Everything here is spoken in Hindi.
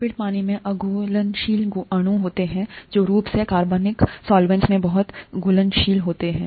लिपिड पानी में अघुलनशील अणु होते हैं जोरूप में कार्बनिक सॉल्वैंट्स में बहुत घुलनशील होते हैं